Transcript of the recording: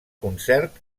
concert